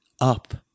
up